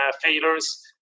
failures